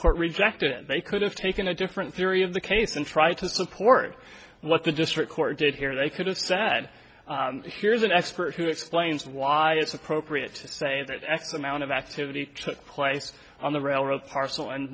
court rejected it they could have taken a different theory of the case and try to support what the district court did here they could have said here's an expert who explains why it's appropriate to say that x amount of activity took place on the railroad parcel and